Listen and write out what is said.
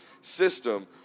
system